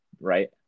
right